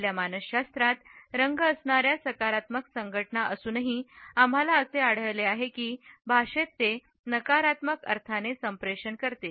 आपल्या मानसशास्त्रात रंग असणार्या सकारात्मक संघटना असूनही आम्हाला असे आढळले आहे की भाषेत ते नकारात्मक अर्थाने संप्रेषण करते